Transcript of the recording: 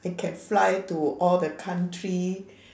I can fly to all the country